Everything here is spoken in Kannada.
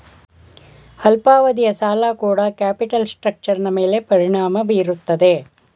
ಅಲ್ಪಾವಧಿಯ ಸಾಲ ಕೂಡ ಕ್ಯಾಪಿಟಲ್ ಸ್ಟ್ರಕ್ಟರ್ನ ಮೇಲೆ ಪರಿಣಾಮ ಬೀರುತ್ತದೆ